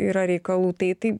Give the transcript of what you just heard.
yra reikalų tai tai